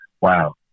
Wow